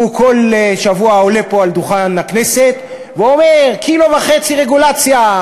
כל שבוע הוא עולה פה על דוכן הכנסת ואומר: קילו וחצי רגולציה,